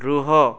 ରୁହ